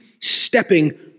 stepping